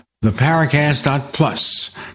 theparacast.plus